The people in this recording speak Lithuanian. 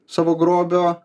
savo grobio